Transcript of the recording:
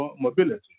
mobility